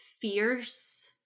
fierce